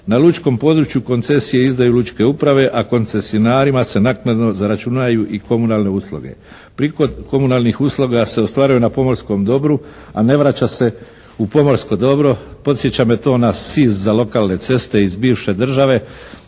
Na lučkom području koncesije izdaju lučke uprave a koncesionarima se naknadno zaračunaju i komunalne usluge. Prihod komunalnih usluga se ostvaruje na pomorskom dobru a ne vraća se u pomorsko dobro. Podsjeća me to na SIZ za lokalne ceste iz bivše države